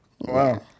wow